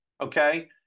okay